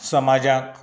समाजाक